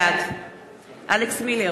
בעד אלכס מילר,